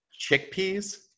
Chickpeas